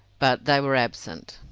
but they were absent.